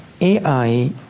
AI